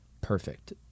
perfect